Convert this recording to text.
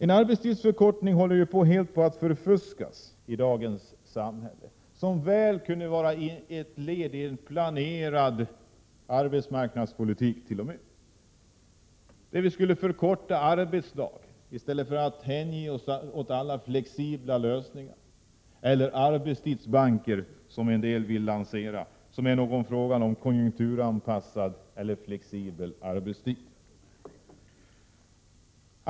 En arbetstidsförkortning håller på att helt förfuskas i dagens samhälle. En sådan skulle t.o.m. kunna vara ett led i en planerad arbetsmarknadspolitik, där vi skulle förkorta arbetsdagen i stället för att hänge oss åt alla dessa flexibla lösningar — eller arbetstidsbanker, som en del vill lansera och som innebär någon sorts konjunkturanpassad eller flexibel arbetstid.